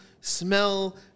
smell